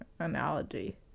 Analogy